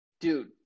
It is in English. dude